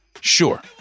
Sure